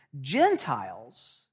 Gentiles